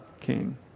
king